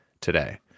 today